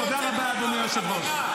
תודה רבה, אדוני היושב-ראש.